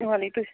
والَے تُہۍ